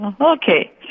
Okay